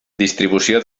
distribució